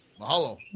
Mahalo